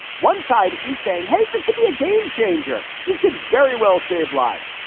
one side is saying, hey, this could be a game changer. this could very well save lives.